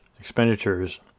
expenditures